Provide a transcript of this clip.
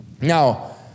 Now